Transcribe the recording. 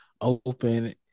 open